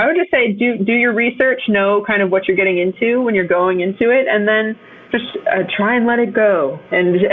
i would just say, do do your research, know kind of what you're getting into when you're going into it, and then just try and let it go. and yeah